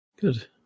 Good